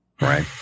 Right